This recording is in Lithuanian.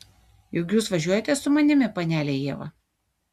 juk jūs važiuojate su manimi panele ieva